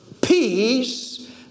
peace